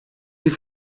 die